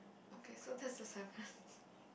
okay so this is the seventh